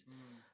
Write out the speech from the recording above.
mm